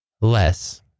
Less